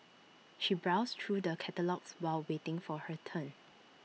she browsed through the catalogues while waiting for her turn